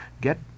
get